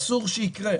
אסור שיקרה.